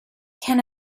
can